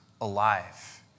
alive